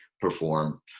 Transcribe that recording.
perform